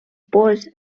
both